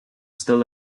still